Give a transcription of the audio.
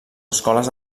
escoles